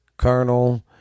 Colonel